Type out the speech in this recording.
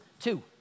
Two